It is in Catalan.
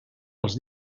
els